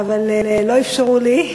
אבל לא אפשרו לי.